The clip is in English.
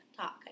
talk